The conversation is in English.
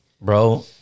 bro